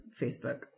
Facebook